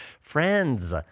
Friends